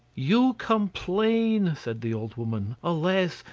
you complain, said the old woman alas!